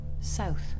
south